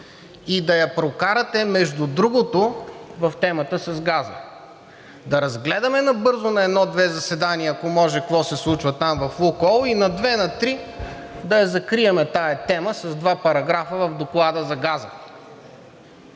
и да я прокарате, между другото, в темата с газа, да разгледаме набързо на едно-две заседания, ако може, какво се случва там в „Лукойл“ и на две, на три да я закрием тази тема с два параграфа в доклада за газа.